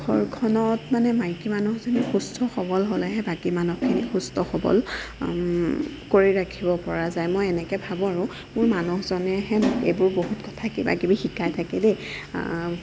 ঘৰখনত মানে মাইকী মানুহজনী সুস্থ সৱল হ'লেহে বাকী মানুহখিনি সুস্থ সৱল কৰি ৰাখিব পৰা যায় মই এনেকে ভাৱো আৰু মোৰ মানুহজনেহে এইবোৰ বহুত কথা কিবা কিবি শিকাই থাকে দেই